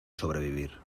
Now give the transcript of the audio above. sobrevivir